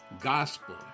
gospel